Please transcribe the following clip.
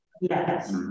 Yes